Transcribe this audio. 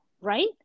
right